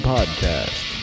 Podcast